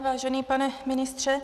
Vážený pane ministře.